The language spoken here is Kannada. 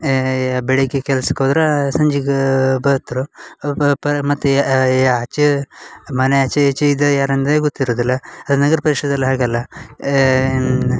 ಬೆಳಗ್ಗೆ ಕೆಲ್ಸಕ್ಕೆ ಹೋದ್ರಾ ಸಂಜಿಗೆ ಬರ್ತ್ರೆ ಅವ್ರು ಪಾಪ ಮತ್ತು ಯಾ ಯಾ ಆಚೆ ಮನೆ ಆಚೆ ಈಚೆ ಇದು ಯಾರು ಅಂದೇ ಗೊತ್ತಿರುವುದಿಲ್ಲ ಆ ನಗರ ಪ್ರದೇಶ್ದಲ್ಲಿ ಹಾಗಲ್ಲ ಏನು